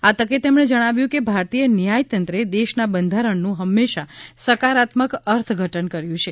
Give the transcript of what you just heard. આ તકે તેમણે જણાવ્યું કે ભારતીય ન્યાયતંત્રે દેશના બંધારણનું હંમેશા સકારાત્મક અર્થઘટન કર્યુ છે